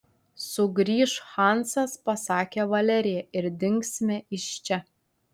sugrįš hansas pasakė valerija ir dingsime iš čia